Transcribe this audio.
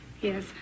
yes